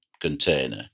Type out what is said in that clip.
container